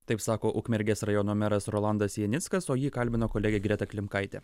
taip sako ukmergės rajono meras rolandas janickas o jį kalbino kolegė greta klimkaitė